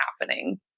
happening